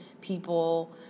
people